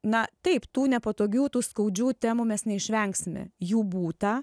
na taip tų nepatogių tų skaudžių temų mes neišvengsime jų būta